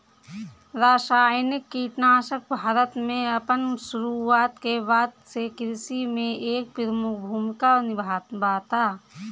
रासायनिक कीटनाशक भारत में अपन शुरुआत के बाद से कृषि में एक प्रमुख भूमिका निभावता